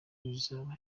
bizaba